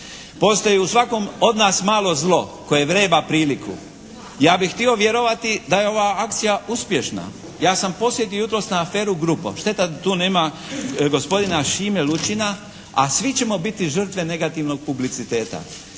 Postoji u svakom od nas jedno malo zlo koje vreba priliku. Ja bih htio vjerovati da je ova akcija uspješna. Ja sam podsjetio jutros na aferu "Grupo". Šteta da tu nema gospodina Šime Lučina a svi ćemo biti žrtve negativnog publiciteta.